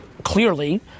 Clearly